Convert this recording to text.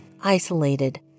isolated